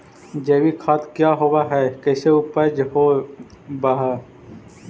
जैविक खाद क्या होब हाय कैसे उपज हो ब्हाय?